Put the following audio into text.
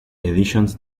editions